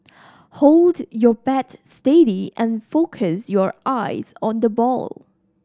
hold your bat steady and focus your eyes on the ball